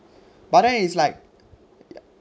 but then it's like